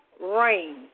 rain